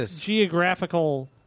geographical